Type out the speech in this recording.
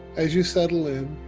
as you settle in,